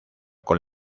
con